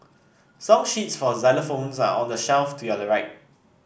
song sheets for xylophones are on the shelf to your right